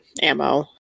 ammo